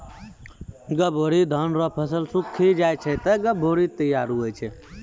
गभोरी धान रो फसल सुक्खी जाय छै ते गभोरी तैयार हुवै छै